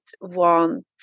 want